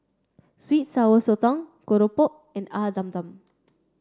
Sweet Sour Sotong Keropok and Air Zam Zam